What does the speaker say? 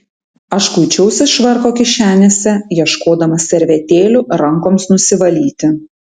aš kuičiausi švarko kišenėse ieškodamas servetėlių rankoms nusivalyti